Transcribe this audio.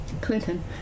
Clinton